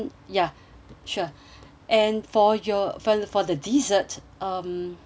sure and for your for for the dessert um